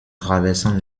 traversant